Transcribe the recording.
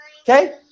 Okay